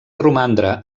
romandre